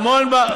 הממשלה,